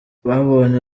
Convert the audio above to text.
babonye